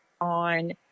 on